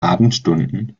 abendstunden